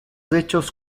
hechos